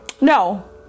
No